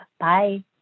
Bye